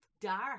Dark